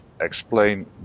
explain